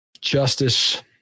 justice